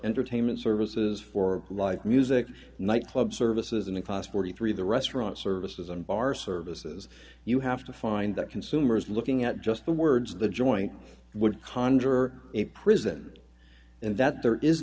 entertainment services for live music night clubs services and cost forty three dollars the restaurant services and bar services you have to find that consumers looking at just the words of the joint would conjure a prison and that there is